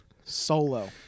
Solo